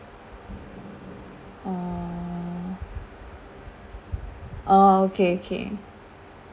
oh oh okay okay